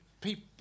people